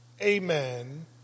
amen